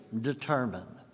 determined